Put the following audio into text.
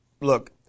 look